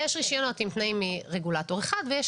יש רישיונות עם תנאים מרגולטור אחד ויש